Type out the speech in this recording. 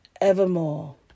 evermore